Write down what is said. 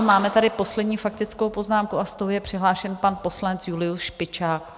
Máme tady poslední faktickou poznámku a s tou je přihlášen pan poslanec Julius Špičák.